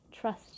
trust